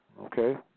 Okay